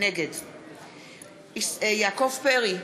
נגד יעקב פרי,